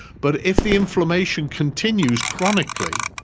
but if the inflammation continues chronically,